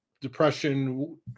depression